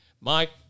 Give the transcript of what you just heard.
Mike –